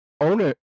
owner